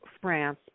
France